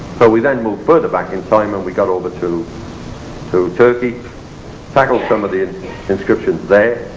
so we then moved further back in time and we got over to so turkey tackled some of the inscriptions there.